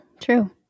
true